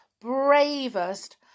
bravest